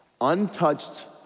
untouched